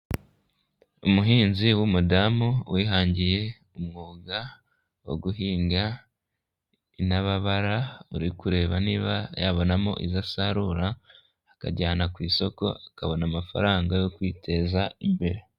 Umuhinzi w'umudamu wihangiye umwuga wo guhinga intababara uri kureba niba yabonamo izo asarura akajyana ku isoko akabona amafaranga yo kwiteza imbere.